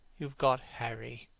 you have got harry,